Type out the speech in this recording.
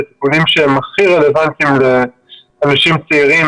הם תיקונים שהם הכי רלוונטיים לאנשים צעירים